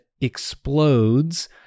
explodes